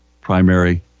primary